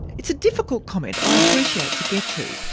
it's a difficult comment, i appreciate, to get to,